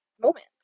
moment